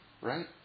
right